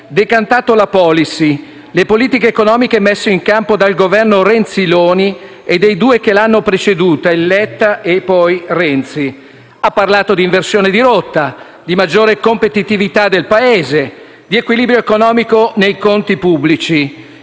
decantato la *policy*, le politiche economiche messe in campo dal Governo Renziloni e dai due che l'hanno preceduto (Letta e poi Renzi). Ha parlato di inversione di rotta, di maggiore competitività del Paese, di equilibrio economico nei conti pubblici.